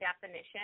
definition